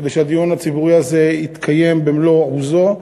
כדי שהדיון הציבורי הזה יתקיים במלוא עוזו,